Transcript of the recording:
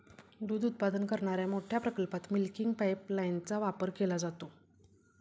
दूध उत्पादन करणाऱ्या मोठ्या प्रकल्पात मिल्किंग पाइपलाइनचा वापर केला जातो